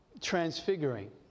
transfiguring